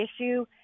issue